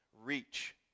reach